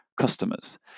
customers